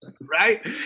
Right